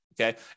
Okay